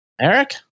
Eric